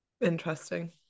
Interesting